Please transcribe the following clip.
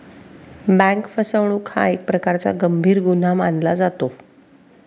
bank फसवणूक हा एक प्रकारचा गंभीर गुन्हा मानला जातो